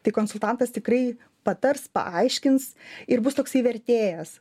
tai konsultantas tikrai patars paaiškins ir bus toksai vertėjas